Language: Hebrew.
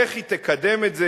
איך היא תקדם את זה,